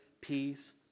peace